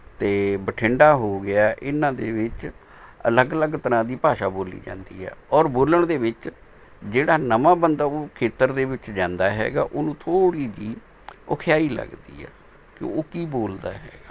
ਅਤੇ ਬਠਿੰਡਾ ਹੋ ਗਿਆ ਇਨ੍ਹਾਂ ਦੇ ਵਿੱਚ ਅਲੱਗ ਅਲੱਗ ਤਰ੍ਹਾਂ ਦੀ ਭਾਸ਼ਾ ਬੋਲੀ ਜਾਂਦੀ ਹੈ ਔਰ ਬੋਲਣ ਦੇ ਵਿੱਚ ਜਿਹੜਾ ਨਵਾਂ ਬੰਦਾ ਉਹ ਖੇਤਰ ਦੇ ਵਿੱਚ ਜਾਂਦਾ ਹੈ ਉਹਨੂੰ ਥੋੜ੍ਹੀ ਜਿਹੀ ਔਖੀ ਲੱਗਦੀ ਹੈ ਕਿ ਉਹ ਕੀ ਬੋਲਦਾ ਹੈ